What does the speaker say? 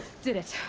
did it!